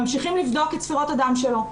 ממשיכים לבדוק את ספירות הדם שלו,